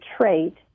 trait